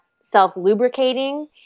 self-lubricating